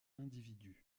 individus